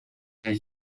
этой